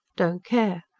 don't care.